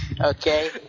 Okay